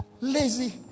Lazy